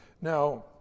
Now